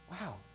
wow